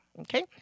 okay